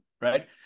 right